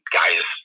guys